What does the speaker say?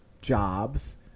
jobs